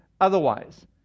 otherwise